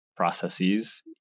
processes